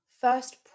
first